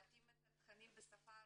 להתאים את התכנים בשפה הרוסית,